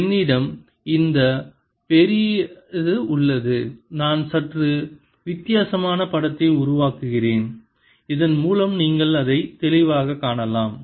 என்னிடம் இந்தப் பெரியது உள்ளது நான் சற்று வித்தியாசமான படத்தை உருவாக்குகிறேன் இதன் மூலம் நீங்கள் அதை தெளிவாகக் காணலாம்